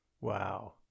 Wow